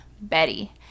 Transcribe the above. Betty